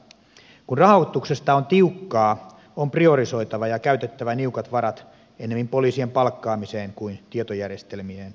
kun rahoituksesta on tiukkaa on priorisoitava ja käytettävä niukat varat ennemmin poliisien palkkaamiseen kuin tietojärjestelmien ikuiseen kehittelyyn